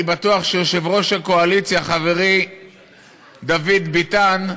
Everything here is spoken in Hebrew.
אני בטוח שיושב-ראש הקואליציה, חברי דוד ביטן,